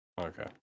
Okay